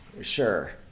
Sure